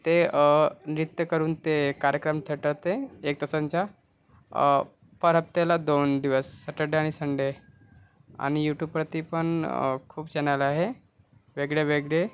ते नृत्य करून ते कार्यक्रम ठेवतात ते एक तासांचा पर हफ्त्याला दोन दिवस सॅटरडे आणि संडे आणि यूटूबवरती पण खूप चॅनेल आहे वेगळे वेगळे